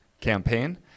campaign